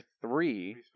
three